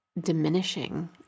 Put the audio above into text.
diminishing